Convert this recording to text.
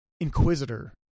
Inquisitor